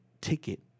ticket